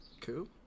cool